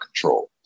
control